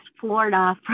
Florida